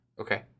Okay